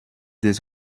des